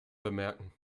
bemerken